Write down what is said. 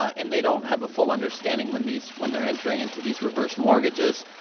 and they don't have a full understanding, when these when they're entering into these reverse mortgages,